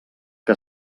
que